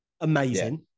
Amazing